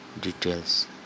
details